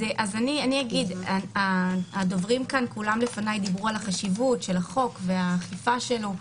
כל הדוברים כאן לפניי דיברו על חשיבות החוק והאכיפה שלו,